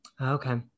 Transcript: Okay